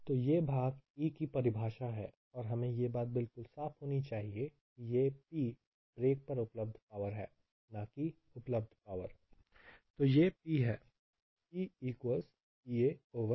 तो यह भाग E की परिभाषा है और हमें यह बात बिल्कुल साफ होनी चाहिए कि यह P ब्रेक पर उपलब्ध पावर है ना कि उपलब्ध पावर